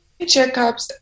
checkups